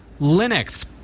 Linux